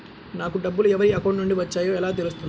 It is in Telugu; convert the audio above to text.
నాకు డబ్బులు ఎవరి అకౌంట్ నుండి వచ్చాయో ఎలా తెలుస్తుంది?